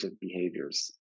behaviors